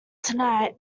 tonight